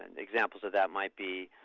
and examples of that might be,